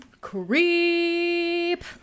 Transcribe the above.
creep